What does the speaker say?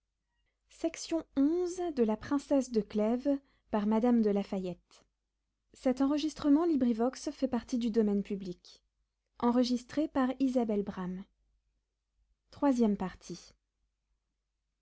of la princesse